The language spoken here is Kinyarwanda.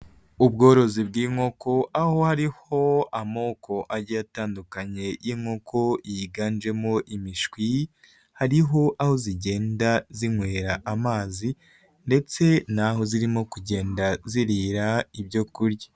Ubworozi bw'inkoko aho hariho amoko agiye atandukanye y'inkoko yiganjemo imishwi hariho aho zigenda zinywera amazi ndetse n'aho zirimo kugenda zirira ibyo kurya.